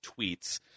tweets